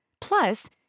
Plus